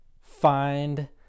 find